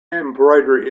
embroidery